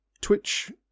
twitch